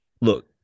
look